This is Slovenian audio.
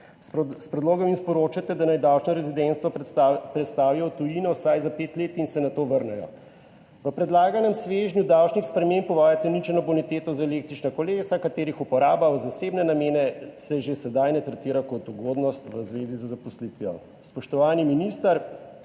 S predlogom jim sporočate, da naj davčna rezidentstva prestavijo v tujino vsaj za pet let in se nato vrnejo. V predlaganem svežnju davčnih sprememb uvajate ničelno boniteto za električna kolesa, katerih uporaba v zasebne namene se že sedaj ne tretira kot ugodnost v zvezi z zaposlitvijo. Spoštovani minister,